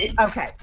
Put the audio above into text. Okay